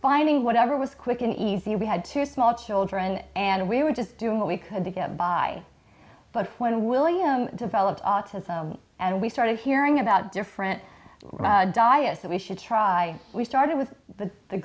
finding whatever was quick and easy we had two small children and we were just doing what we could to get by but when william developed autism and we started hearing about different diets that we should try we started with the the